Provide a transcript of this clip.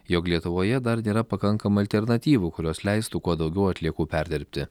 jog lietuvoje dar nėra pakankamai alternatyvų kurios leistų kuo daugiau atliekų perdirbti